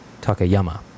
Takayama